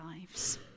lives